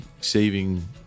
saving